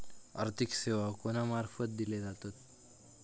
आर्थिक सेवा कोणा मार्फत दिले जातत?